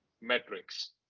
metrics